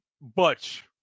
Butch